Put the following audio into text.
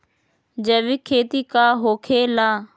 जैविक खेती का होखे ला?